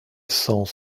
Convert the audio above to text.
cent